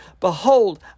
Behold